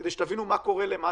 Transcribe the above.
כדי שתבינו מה קורה למטה,